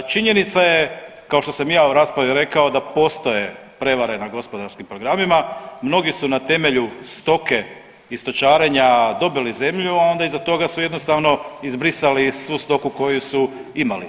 Činjenica je kao što sam i ja u raspravi rekao da postoje prevare na gospodarskim programima, mnogi su na temelju stoke i stočarenja dobili zemlju, a onda iza toga su jednostavno izbrisali svu stoku koju su imali.